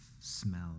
smell